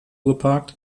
geparkt